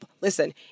Listen